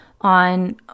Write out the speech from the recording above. on